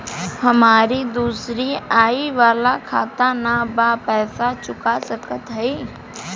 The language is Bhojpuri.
हमारी दूसरी आई वाला खाता ना बा पैसा चुका सकत हई?